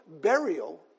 burial